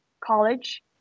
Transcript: college